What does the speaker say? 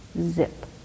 Zip